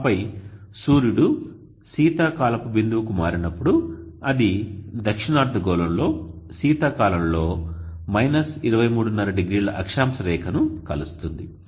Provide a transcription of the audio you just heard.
ఆపై సూర్యుడు శీతాకాలపు బిందువుకు మారినప్పుడు అది దక్షిణార్థ గోళంలో శీతాకాలంలో 23½0 అక్షాంశ రేఖను కలుస్తుంది